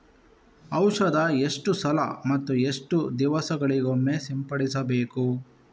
ಔಷಧ ಎಷ್ಟು ಸಲ ಮತ್ತು ಎಷ್ಟು ದಿವಸಗಳಿಗೊಮ್ಮೆ ಸಿಂಪಡಿಸಬೇಕು?